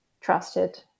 trusted